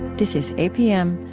this is apm,